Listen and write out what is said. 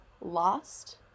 Lost